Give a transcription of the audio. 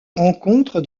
rencontre